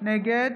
נגד